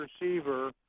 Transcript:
receiver